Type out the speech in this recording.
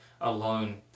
alone